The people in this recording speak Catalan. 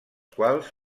quals